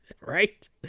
Right